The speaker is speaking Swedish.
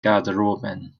garderoben